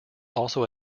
also